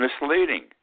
misleading